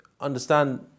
understand